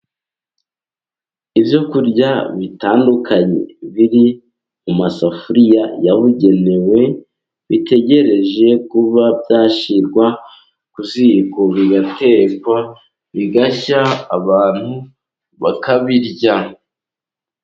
Ibyo kurya bitandukanye biri mu masafuriya yabugenewe, bitegereje kuba byashyirwa ku ziko, bigatekwa bigashya abantu bakabirya.